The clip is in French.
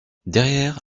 derrière